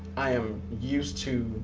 i am used to